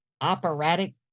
operatic